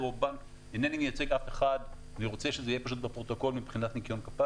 על מנת שיאפשר גם לחברות לפתוח חשבונות און-ליין ולמעשה,